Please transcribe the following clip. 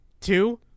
two